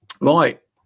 Right